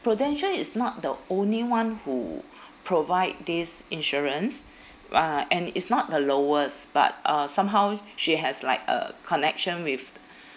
prudential is not the only one who provide this insurance uh and it's not the lowest but uh somehow she has like a connection with